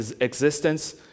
existence